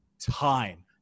time